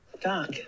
Doc